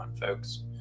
folks